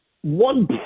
One